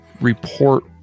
report